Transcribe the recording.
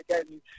again